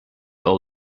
all